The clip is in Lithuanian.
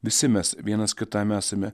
visi mes vienas kitam esame